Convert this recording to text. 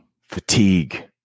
fatigue